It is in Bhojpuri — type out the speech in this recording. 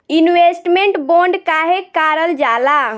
इन्वेस्टमेंट बोंड काहे कारल जाला?